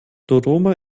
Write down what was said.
dodoma